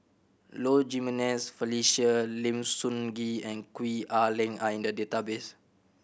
Low Jimenez Felicia Lim Sun Gee and Gwee Ah Leng are in the database